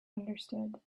understood